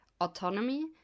Autonomy